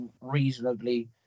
reasonably